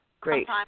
great